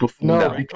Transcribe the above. No